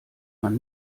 man